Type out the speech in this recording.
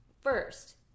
first